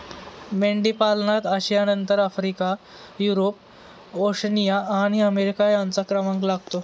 मेंढीपालनात आशियानंतर Africa, Europe, Oceania आणि अमेरिका यांचा क्रमांक लागतो